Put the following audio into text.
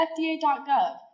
fda.gov